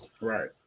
Right